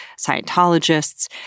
Scientologists